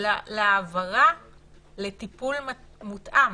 להעברה לטיפול מותאם.